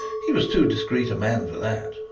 he was too discreet a man for that.